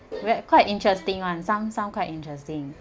where quite interesting [one] sound sound quite interesting